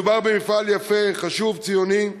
מדובר במפעל יפה, חשוב, ציוני,